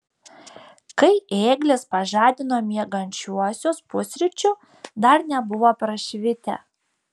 kai ėglis pažadino miegančiuosius pusryčių dar nebuvo prašvitę